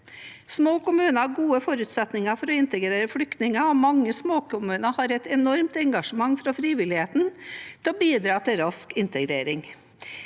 Små kommuner har gode forutsetninger for å integrere flyktninger, og mange småkommuner har et enormt engasjement fra frivilligheten til å bidra til rask integrering.